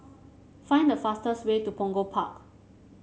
find the fastest way to Punggol Park